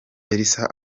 elsa